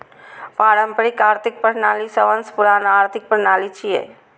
पारंपरिक आर्थिक प्रणाली सबसं पुरान आर्थिक प्रणाली छियै